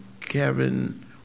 Kevin